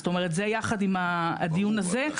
זאת אומרת זה יחד עם הדיון הזה,